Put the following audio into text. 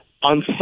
On